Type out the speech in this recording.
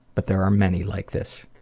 but there are many like this.